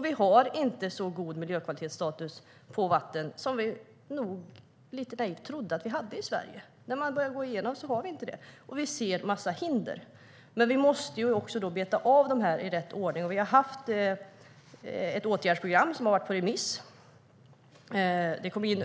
Vi har inte så god miljökvalitetsstatus på vatten som vi nog lite naivt trodde att vi hade i Sverige. När man började gå igenom detta såg man att vi inte hade det. Vi ser en massa hinder, men vi måste beta av dem i rätt ordning. Vi har haft ett åtgärdsprogram på remiss. Det kom in